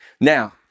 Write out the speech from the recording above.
Now